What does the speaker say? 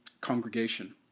congregation